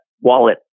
wallet